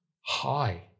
high